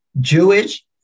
Jewish